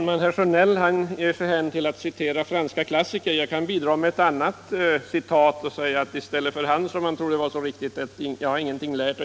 Vi får inga alternativ på det här sättet.